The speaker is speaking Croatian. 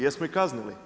Jesmo ih kaznili?